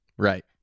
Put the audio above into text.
right